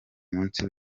munsi